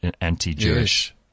anti-Jewish